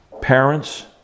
parents